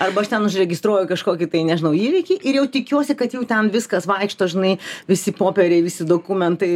arba aš ten užregistruoju kažkokį tai nežinau įvykį ir jau tikiuosi kad jau ten viskas vaikšto žinai visi popieriai visi dokumentai